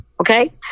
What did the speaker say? Okay